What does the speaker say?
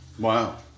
Wow